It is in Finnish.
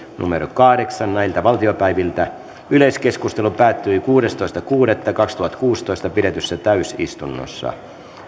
kahdeksan yleiskeskustelu asiasta päättyi kuudestoista kuudetta kaksituhattakuusitoista pidetyssä täysistunnossa